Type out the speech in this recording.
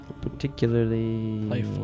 particularly